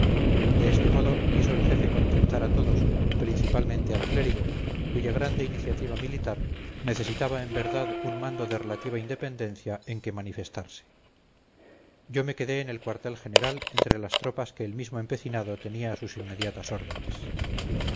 de este modo quiso el jefe contentar a todos principalmente al clérigo cuya grande iniciativa militar necesitaba en verdad un mando de relativa independencia en que manifestarse yo me quedé en el cuartel general entre las tropas que el mismo empecinado tenía a sus inmediatas órdenes